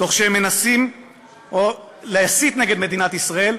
תוך שהם מנסים להסית נגד מדינת ישראל,